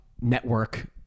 network